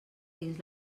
dins